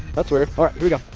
that's weird. all right,